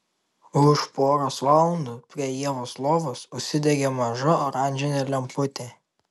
už poros valandų prie ievos lovos užsidegė maža oranžinė lemputė